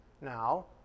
Now